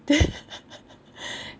then